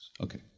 Okay